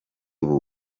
ubu